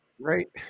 Right